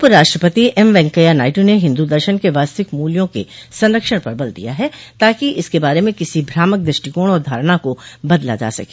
उपराष्ट्रपति एम वैंकैया नायडू ने हिंदू दर्शन के वास्तविक मूल्यों के संरक्षण पर बल दिया है ताकि इसके बारे में किसी भ्रामक दृष्टिकोण और धारणा को बदला जा सके